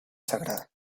sagrada